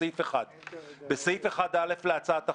בסעיף 1א להצעת החוק,